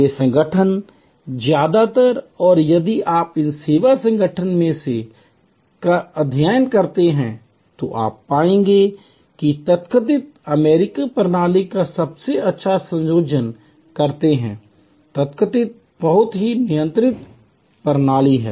ये संगठन ज्यादातर और यदि आप इन सेवा संगठनों में से कई का अध्ययन करते हैं तो आप पाएंगे कि वे तथाकथित अमेरिकी प्रणाली का सबसे अच्छा संयोजन करते हैं तथाकथित बहुत ही नियंत्रित प्रणाली है